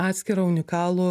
atskirą unikalų